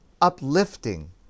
uplifting